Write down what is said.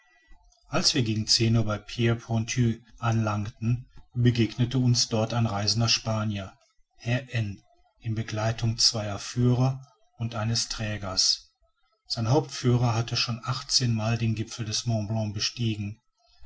als wir gegen zehn uhr bei der pierre pointue anlangten begegnete uns dort ein reisender spanier herr n in begleitung zweier führer und eines trägers sein hauptführer hatte schon achtzehn mal den gipfel des mont blanc bestiegen